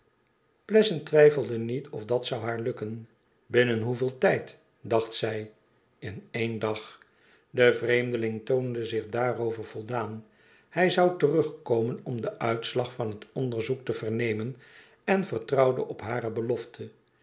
pleasant twijfelde niet of dat zou haar gelukken binnen hoeveel tijd dacht zij in één dag de vreemdeling toonde zich daarover voldaan hij zou terugkomen om den uitslag van het onderzoek te vernemen en vertrouwde op hare belofte